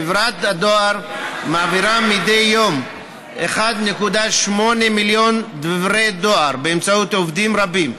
חברת הדואר מעבירה מדי יום כ-1.8 מיליון דברי דואר באמצעות עובדים רבים.